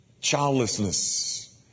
childlessness